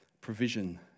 provision